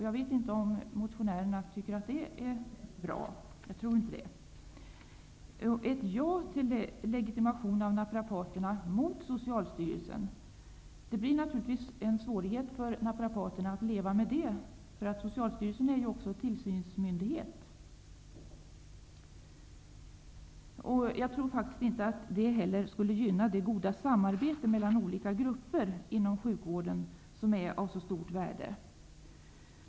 Jag vet inte om motionärerna tycker att det är bra. Jag tror inte det. Ett ja till att ge naprapaterna legitimation, mot Socialstyrelsen, innebär naturligtvis en svårighet för naprapaterna att leva med, eftersom Socialstyrelsen också är tillsynsmyndighet. Jag tror faktiskt inte att det skulle gynna det goda samarbete mellan olika grupper inom sjukvården som är av så stort värde.